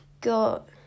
got